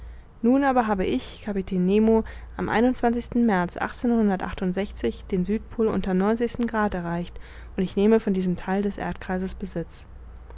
nun aber habe ich kapitän nemo am märz den südpol unter grad erreicht und ich nehme von diesem theil des erdkreises besitz